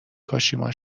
کاشیما